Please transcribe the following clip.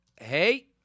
hey